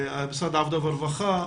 משרד העבודה והרווחה,